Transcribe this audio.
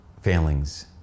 failings